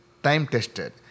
time-tested